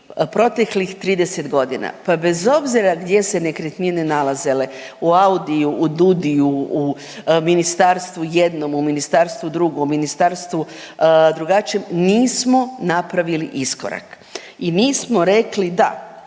proteklih 30 godina pa bez obzira gdje se nekretnine nalazile. U AUDI-ju, u DUDI-ju, u ministarstvu jednom, u ministarstvu drugom, ministarstvu drugačijem, nismo napravili iskorak. I nismo rekli da,